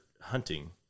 hunting